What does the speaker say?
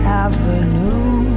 avenue